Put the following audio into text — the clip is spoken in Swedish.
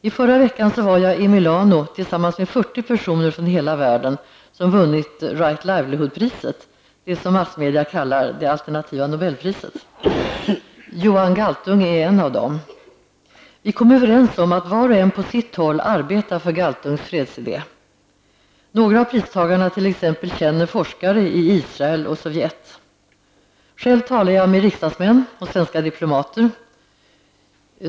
I förra veckan var jag i Milano tillsammans med 40 personer från hela världen som vunnit Right Livelihood-priset, det som i massmedia kallas det alternativa nobelpriset. Johan Galtung är en av dem. Vi kom överens om att var och en på sitt håll arbetar för Galtungs fredsidé. Några av pristagarna t.ex. känner forskare i Israel och Sovjet. Själv talar jag med riksdagsmän och svenska diplomater.